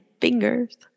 fingers